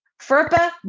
FERPA